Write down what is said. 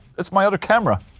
it's my other camera